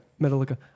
Metallica